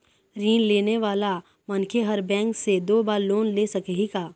ऋण लेने वाला मनखे हर बैंक से दो बार लोन ले सकही का?